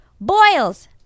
boils